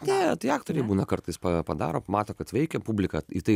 ne tai aktoriai būna kartais pa padaro mato kad veikia publika į tai